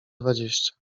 dwadzieścia